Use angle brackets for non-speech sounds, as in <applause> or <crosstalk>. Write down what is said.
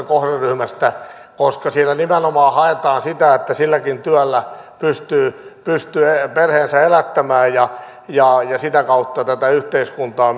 <unintelligible> kohderyhmästä koska siinä nimenomaan haetaan sitä että silläkin työllä pystyy perheensä elättämään ja ja sitä kautta tätä yhteiskuntaa <unintelligible>